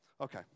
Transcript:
Okay